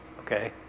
okay